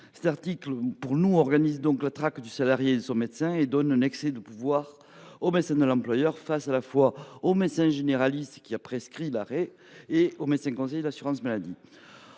de l’article 27 organisent la traque du salarié et de son médecin et accorde un pouvoir excessif au médecin de l’employeur face, à la fois, au médecin généraliste qui a prescrit l’arrêt et au médecin conseil de l’assurance maladie.